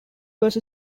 was